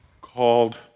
called